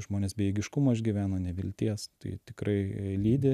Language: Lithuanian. žmonės bejėgiškumo išgyveno nevilties tai tikrai lydi